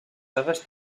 seves